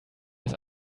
das